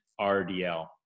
RDL